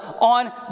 on